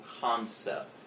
concept